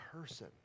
person